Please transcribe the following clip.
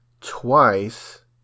twice